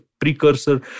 precursor